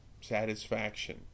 satisfaction